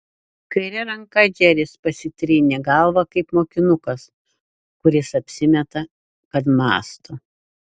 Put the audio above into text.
kaire ranka džeris pasitrynė galvą kaip mokinukas kuris apsimeta kad mąsto